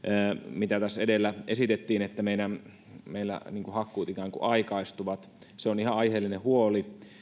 mitä tässä edellä esitettiin että meillä hakkuut ikään kuin aikaistuvat on ihan aiheellinen huoli